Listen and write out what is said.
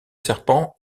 serpent